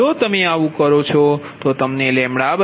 જો તમે આવું કરો તો તમને λ 0